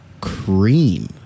cream